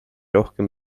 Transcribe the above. rohkem